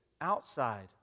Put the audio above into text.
outside